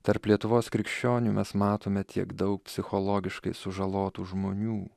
tarp lietuvos krikščionių mes matome tiek daug psichologiškai sužalotų žmonių